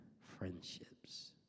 friendships